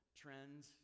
trends